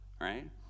right